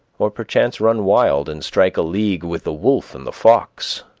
or perchance run wild and strike a league with the wolf and the fox.